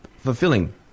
fulfilling